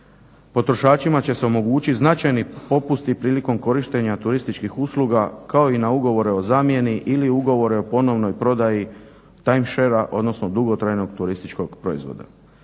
potrošačima će se omogućiti značajni popusti prilikom korištenja turističkih usluga kao i na ugovore o zamjeni ili ugovore o ponovnoj prodaji timesharea odnosno dugotrajnog turističkog proizvoda.